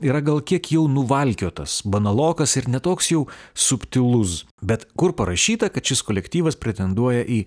yra gal kiek jau nuvalkiotas banalokas ir ne toks jau subtilus bet kur parašyta kad šis kolektyvas pretenduoja į